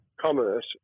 commerce